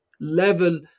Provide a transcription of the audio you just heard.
level